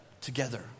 together